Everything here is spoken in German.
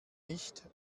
nicht